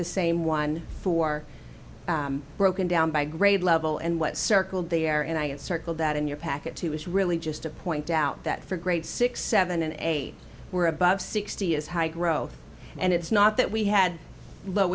the same one for broken down by grade level and what circled there and i had circled that in your package too is really just to point out that for great six seven and eight we're above sixty is high growth and it's not that we had low